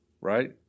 Right